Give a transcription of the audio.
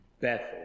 Bethel